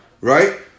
right